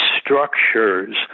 structures